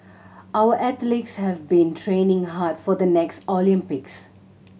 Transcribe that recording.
our athletes have been training hard for the next Olympics